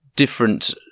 different